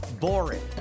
boring